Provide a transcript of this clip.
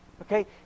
Okay